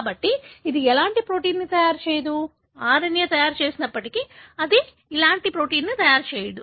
కాబట్టి ఇది ఎలాంటి ప్రోటీన్ను తయారు చేయదు RNA తయారు చేసినప్పటికీ అది ఎలాంటి ప్రోటీన్ను తయారు చేయదు